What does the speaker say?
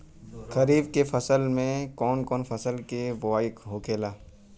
खरीफ की फसल में कौन कौन फसल के बोवाई होखेला?